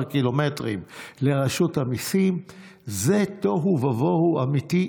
קילומטרים לרשות המיסים זה תוהו ובוהו אמיתי.